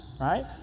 right